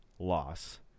loss